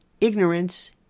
ignorance